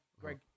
Greg